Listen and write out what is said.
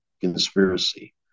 conspiracy